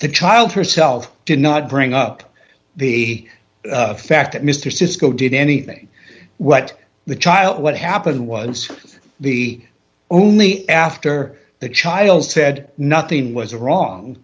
the child herself did not bring up the fact that mr sisko did anything what the child what happened was the only after the child said nothing was wrong